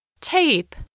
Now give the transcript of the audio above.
Tape